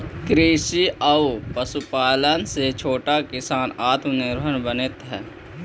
कृषि आउ पशुपालन से छोटा किसान आत्मनिर्भर बनित हइ